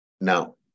now